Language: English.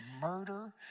murder